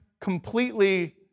completely